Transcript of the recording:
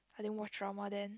I didn't watch drama then